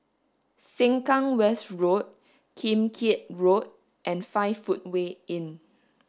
Sengkang West Road Kim Keat Road and Five Footway Inn